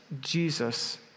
Jesus